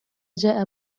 جاء